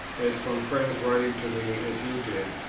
as from friends writing to me as you did,